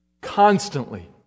Constantly